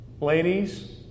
ladies